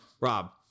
Rob